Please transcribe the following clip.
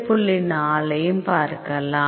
4 ஐயும் பார்க்கலாம்